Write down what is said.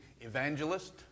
evangelist